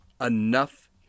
enough